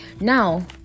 Now